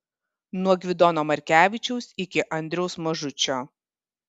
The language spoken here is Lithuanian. nuo gvidono markevičiaus iki andriaus mažučio